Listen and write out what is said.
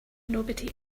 nobody